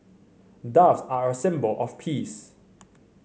doves are a symbol of peace